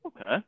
Okay